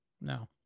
No